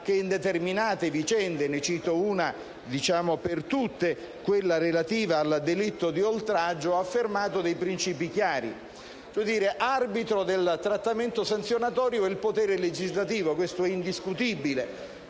che in determinate vicende - ne cito una per tutte, quella relativa al delitto di oltraggio - ha affermato dei principi chiari: arbitro del trattamento sanzionatorio è il potere legislativo, questo è indiscutibile,